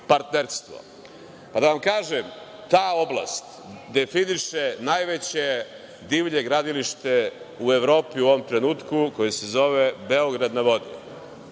partnerstvo. Ali, ta oblast definiše najveće divlje gradilište u Evropi u ovom trenutku, koje se zove „Beograd na vodi“.